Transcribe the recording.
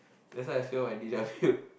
let's say I fail my D_W